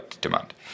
demand